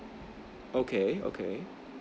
okay okay